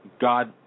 God